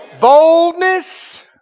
boldness